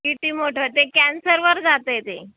किती मोठं ते कॅन्सरवर जातं आहे ते